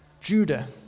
Judah